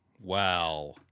Wow